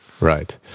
Right